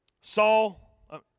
Saul